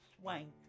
swank